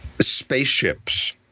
spaceships